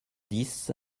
dix